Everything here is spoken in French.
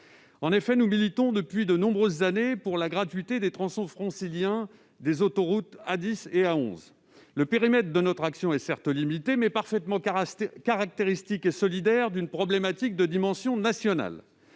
En effet, depuis de nombreuses années, nous militons pour la gratuité des tronçons franciliens des autoroutes A10 et A11. Le périmètre de notre action est certes limité, mais parfaitement caractéristique et solidaire d'une problématique de dimension nationale.